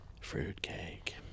fruitcake